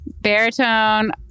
Baritone